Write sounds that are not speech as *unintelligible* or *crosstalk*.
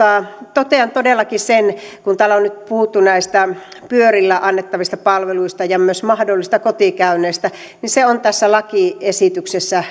totean todellakin sen kun täällä on nyt puhuttu näistä pyörillä annettavista palveluista ja myös mahdollisista kotikäynneistä että se on tässä lakiesityksessä *unintelligible*